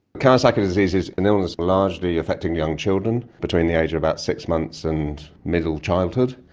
kawasaki disease is an illness largely affecting young children between the age of about six months and middle childhood,